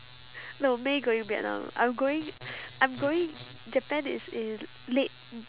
no may going vietnam I am going I am going japan is in late